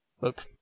Look